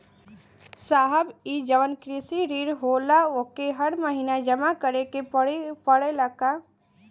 साहब ई जवन कृषि ऋण होला ओके हर महिना जमा करे के पणेला का?